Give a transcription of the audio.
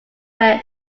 aware